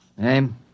Name